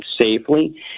safely